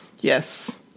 Yes